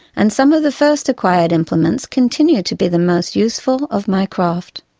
and some of the first acquired implements continue to be the most useful of my craft.